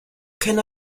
can